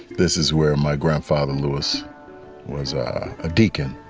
this is where my grandfather lewis was a deacon.